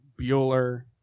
Bueller